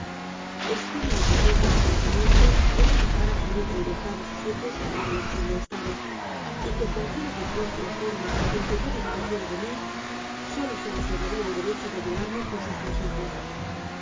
este me declaró que su pensamiento era dejar absoluta libertad a sus hijos en la elección de estado y que cualquiera que fuese la forma en que yo dispusiera de mí sólo se reservaría el de recho de ayudarme con sus consejos